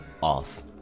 off